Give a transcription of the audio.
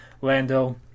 Lando